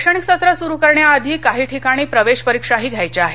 शैक्षणिक सत्र सुरू करण्या आधी काही ठिकाणी प्रवेश परिक्षाही घ्यायच्या आहेत